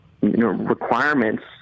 requirements